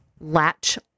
latch